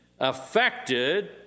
affected